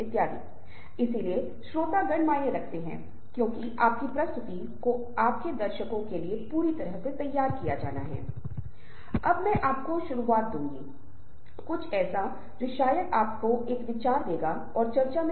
आज हमारे संदर्भ में महत्वपूर्ण है लेकिन सामान्य तौर पर विभिन्न चैनलों का उपयोग करके जिनके बारे में हमने शुरुआत में ही बात की है आप कितने अच्छे संचारक हैं यह पता लगाया जा सकता है